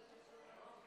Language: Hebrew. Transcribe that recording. תרשום אותי.